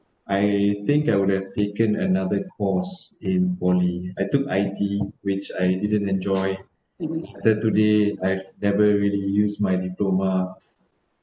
I think I would have taken another course in poly I took I_T which I didn't enjoy until today I've never really used my diploma